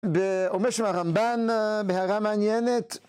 אומר שם הרמב"ן, בהערה מעניינת.